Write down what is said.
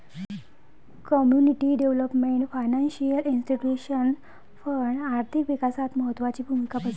community development financial institution fund आर्थिक विकासात महत्त्वाची भूमिका बजावते